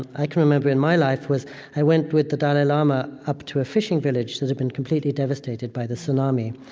i can remember in my life was i went with the dalai lama up to a fishing village had been completely devastated by the tsunami.